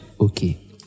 okay